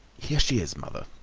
here she is, mother.